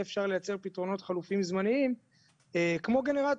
יהיה אפשר לייצר פתרונות חלופיים זמניים כמו גנרטור.